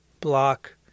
block